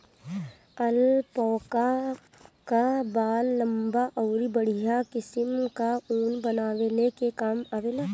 alpaca कअ बाल लंबा अउरी बढ़िया किसिम कअ ऊन बनवले के काम आवेला